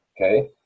Okay